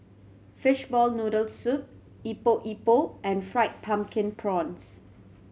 fishball noodle soup Epok Epok and Fried Pumpkin Prawns